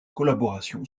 collaboration